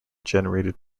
generated